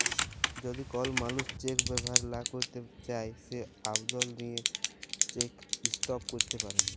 যদি কল মালুস চ্যাক ব্যাভার লা ক্যইরতে চায় সে আবদল দিঁয়ে চ্যাক ইস্টপ ক্যইরতে পারে